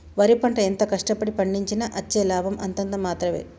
వరి పంట ఎంత కష్ట పడి పండించినా అచ్చే లాభం అంతంత మాత్రవే